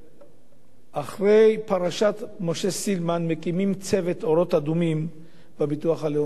שאחרי פרשת משה סילמן מקימים צוות "אורות אדומים" בביטוח הלאומי?